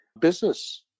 business